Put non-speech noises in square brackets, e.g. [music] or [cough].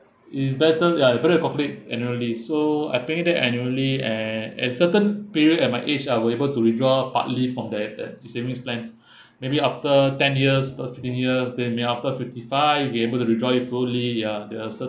it's better ya better complete annually so I paying that annually and at certain period at my age I will be able to withdraw partly from that the savings plan [breath] maybe after ten years or fifteen years then may after fifty five I'll be able to withdraw it fully ya there are certain